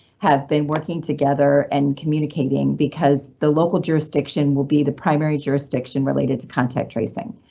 have been working together and communicating because the local jurisdiction will be the primary jurisdiction related to contact tracing.